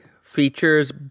features